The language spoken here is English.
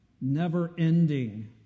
never-ending